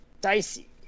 dicey